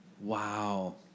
Wow